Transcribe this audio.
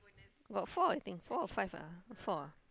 about four I think four or five ah four ah